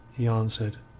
he answered.